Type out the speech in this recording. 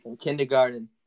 kindergarten